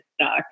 stuck